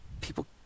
people